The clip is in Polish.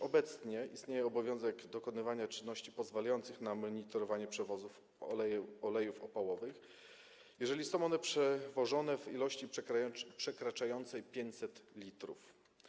Obecnie istnieje już obowiązek dokonywania czynności pozwalających na monitorowanie przewozów olejów opałowych, jeżeli są one przewożone w ilości przekraczającej 500 l.